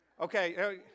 Okay